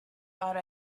thought